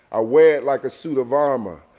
i wear it like a suit of armor.